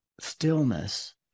stillness